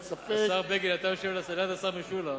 אתה יושב ליד השר משולם,